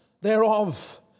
thereof